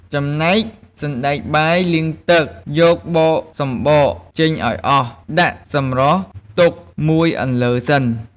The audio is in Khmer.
ចំណែកសណ្ដែកបាយលាងទឹក យកបកសម្បកចេញឱ្យអស់ ដាក់សម្រស់ទុកមួយអន្លើសិន ។